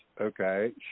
okay